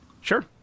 Sure